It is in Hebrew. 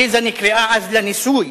עליזה נקראה אז לניסוי